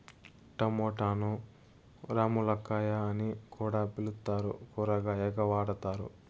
టమోటాను రామ్ములక్కాయ అని కూడా పిలుత్తారు, కూరగాయగా వాడతారు